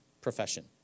profession